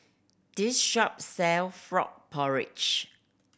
this shop sell frog porridge